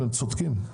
היצרנים הקטנים צודקים.